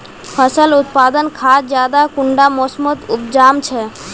फसल उत्पादन खाद ज्यादा कुंडा मोसमोत उपजाम छै?